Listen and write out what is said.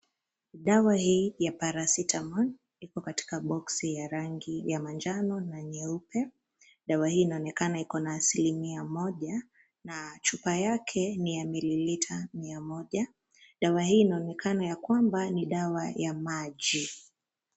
Dawa hii ya Paracetamol iko katika boksi ya rangi ya manjano na nyeupe. Dawa hii inaonekana iko na aslimia moja na chupa yake ni mililita mia moja. Dawa hii inaonekana ya kwamba ni dawa ya maji.